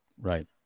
Right